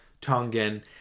Tongan